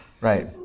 Right